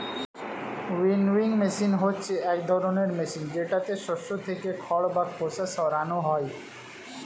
winnowing machine হচ্ছে এক ধরনের মেশিন যেটাতে শস্য থেকে খড় বা খোসা সরানো হয়